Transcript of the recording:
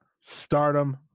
Stardom